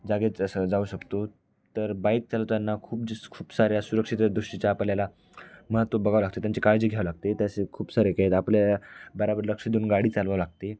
जागेतच असं जाऊ शकतो तर बाईक चालवताना खूप ज खूप साऱ्या सुरक्षित दृष्टीच्या आपल्याला महत्त्व बघावं लागते त्यांची काळजी घ्यावं लागते त्याचे खूप सारे काहीतरी आपल्याला बरोबर लक्ष देऊन गाडी चालवावी लागते